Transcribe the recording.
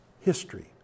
History